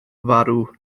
farw